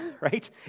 right